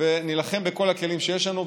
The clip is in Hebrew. נילחם בכל הכלים שיש לנו,